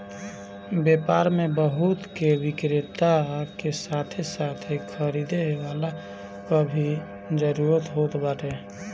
व्यापार में वस्तु के विक्रेता के साथे साथे खरीदे वाला कअ भी जरुरत होत बाटे